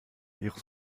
ihres